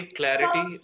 clarity